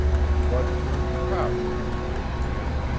and bud turned proudly to the old man.